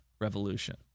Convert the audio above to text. revolution